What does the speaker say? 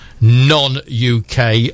non-uk